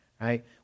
right